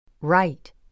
Right